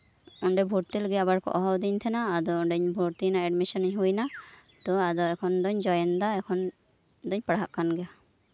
ᱚᱱᱰᱮ ᱵᱷᱚᱨᱛᱤ ᱞᱟᱹᱜᱤᱫ ᱟᱵᱟᱨ ᱠᱚ ᱦᱚᱦᱚ ᱟᱹᱫᱤᱧ ᱛᱟᱸᱦᱮᱱᱟ ᱛᱳ ᱚᱱᱰᱮ ᱤᱧ ᱵᱷᱚᱨᱛᱤ ᱭᱮᱱᱟ ᱮᱰᱢᱤᱥᱚᱱ ᱤᱧ ᱦᱩᱭ ᱱᱟ ᱛᱳ ᱮᱠᱷᱚᱱ ᱫᱚᱧ ᱡᱚᱭᱮᱱᱫᱟ ᱱᱤᱛ ᱫᱩᱧ ᱯᱟᱲᱦᱟᱜ ᱠᱟᱱ ᱜᱮᱭᱟ